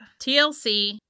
TLC